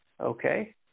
Okay